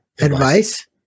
advice